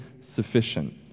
sufficient